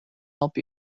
help